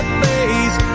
face